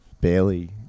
barely